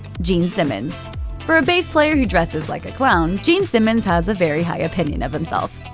gene simmons for a bass player who dresses like a clown, gene simmons has a very high opinion of himself.